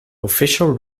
official